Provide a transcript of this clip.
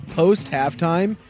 post-halftime